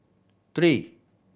three